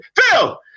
Phil